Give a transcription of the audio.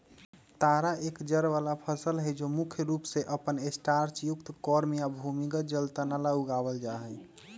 तारा एक जड़ वाला फसल हई जो मुख्य रूप से अपन स्टार्चयुक्त कॉर्म या भूमिगत तना ला उगावल जाहई